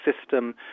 system